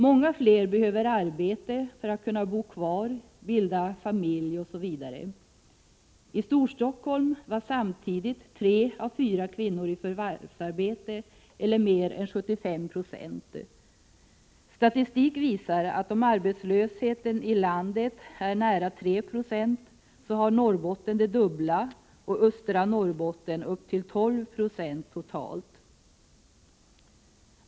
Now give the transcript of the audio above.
Många fler behöver arbete för att kunna bo kvar, bilda familj osv. I Storstockholm var samtidigt 3 av 4 kvinnor i förvärvsarbete, eller mer än 75 Yo. Statistik visar att om arbetslösheten i landet är nära 3 20, är den i Norrbotten det dubbla och i östra Norrbotten upp till 12 96 totalt.